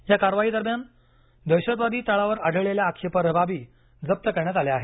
या कारवाईत दरम्यान दहशतवादी तळावर आढळलेल्या आक्षेपार्ह बाबी जप्त करण्यात आल्या आहेत